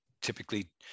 typically